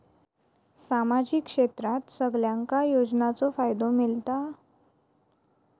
सामाजिक क्षेत्रात सगल्यांका योजनाचो फायदो मेलता?